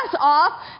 off